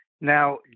Now